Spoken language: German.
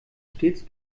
stets